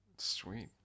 Sweet